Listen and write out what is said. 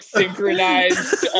synchronized